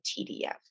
TDF